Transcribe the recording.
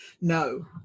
No